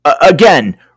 again